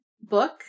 book